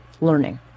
learning